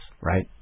right